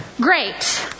Great